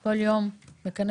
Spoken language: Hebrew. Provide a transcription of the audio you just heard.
מכנסת בכל יום את